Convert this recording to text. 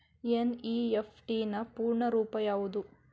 NEFT ನ ಪೂರ್ಣ ರೂಪ ಯಾವುದು?